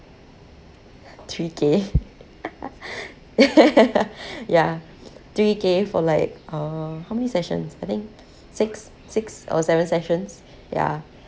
three K ya three K for like uh how many sessions I think six six or seven sessions ya